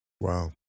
Wow